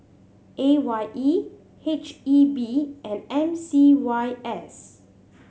A Y E H E B and M C Y S